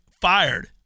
fired